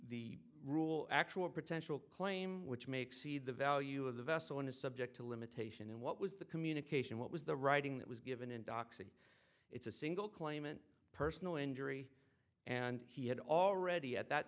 the rule actual potential claim which makes see the value of the vessel and is subject to limitation in what was the communication what was the writing that was given in doxie it's a single claimant personal injury and he had already at that